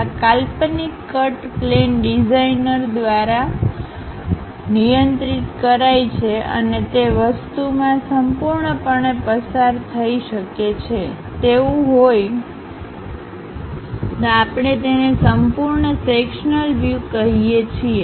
આ કાલ્પનિક cut plane designer દ્વારા નિયંત્રિત કરાય છે અને તે વસ્તુમાં સંપૂર્ણપણે પસાર થઈ શકે છેજો તેવુ હોય તો આપણે તેને સંપૂર્ણ સેક્શનલ વ્યુકહીએ છીએ